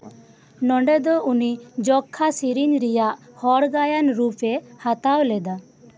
ᱱᱚᱸᱰᱮ ᱫᱚ ᱩᱱᱤ ᱡᱚᱠᱠᱷᱟ ᱥᱮᱨᱮᱧ ᱨᱮᱭᱟᱜ ᱦᱚᱲ ᱜᱟᱭᱟᱱ ᱨᱩᱯᱮ ᱦᱟᱛᱟᱣ ᱞᱮᱫᱟ